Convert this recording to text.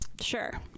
Sure